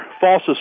false